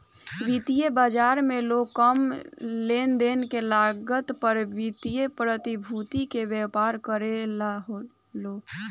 वित्तीय बाजार में लोग कम लेनदेन के लागत पर वित्तीय प्रतिभूति के व्यापार करेला लो